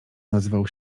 nazywał